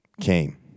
came